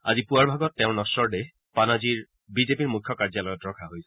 আজি পুৱাৰ ভাগত তেওঁৰ নশ্বৰ দেহ পানাজীৰ বিজেপিৰ মুখ্য কাৰ্যালয়ত ৰখা হৈছিল